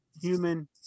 human